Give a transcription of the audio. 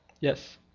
Yes